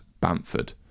Bamford